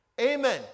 Amen